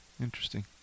interesting